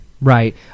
Right